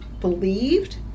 believed